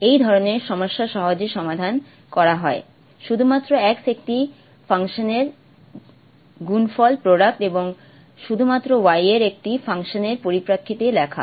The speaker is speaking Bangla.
এই ধরনের সমস্যা সহজেই সমাধান করা হয় শুধুমাত্র X একটি ফাংশনের গুণফল এবং শুধুমাত্র Y এর একটি ফাংশনের পরিপ্রেক্ষিতে লেখা